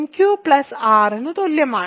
q r ന് തുല്യമാണ്